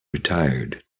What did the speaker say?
retired